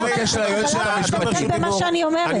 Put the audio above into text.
למה לזלזל במה שאני אומרת?